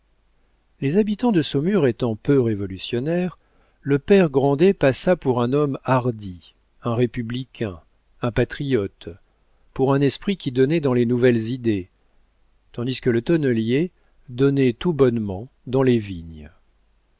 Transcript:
les habitants de saumur étant peu révolutionnaires le père grandet passa pour un homme hardi un républicain un patriote pour un esprit qui donnait dans les nouvelles idées tandis que le tonnelier donnait tout bonnement dans les vignes